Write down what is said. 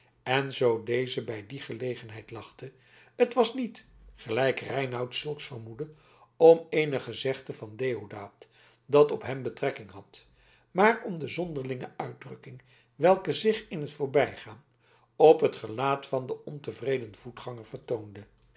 en zoo deze bij die gelegenheid lachte het was niet gelijk reinout zulks vermoedde om eenig gezegde van deodaat dat op hem betrekking had maar om de zonderlinge uitdrukking welke zich in het voorbijgaan op het gelaat van den ontevredenen voetganger vertoonde